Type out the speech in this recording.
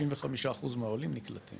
65% מהעולים נקלטים